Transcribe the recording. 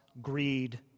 greed